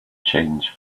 change